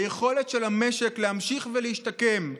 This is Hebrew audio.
היכולת של המשק להמשיך להשתקם,